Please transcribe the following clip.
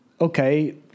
okay